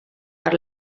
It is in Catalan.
per